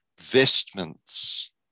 vestments